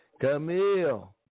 Camille